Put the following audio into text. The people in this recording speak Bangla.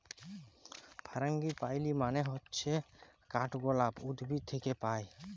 ফারাঙ্গিপালি মানে হচ্যে কাঠগলাপ উদ্ভিদ থাক্যে পায়